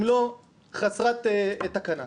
אם לא חסר תקנה.